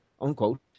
unquote